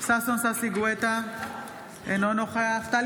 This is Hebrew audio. ששון ששי גואטה, אינו נוכח טלי